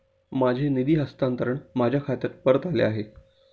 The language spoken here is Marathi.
माझे निधी हस्तांतरण माझ्या खात्यात परत आले आहे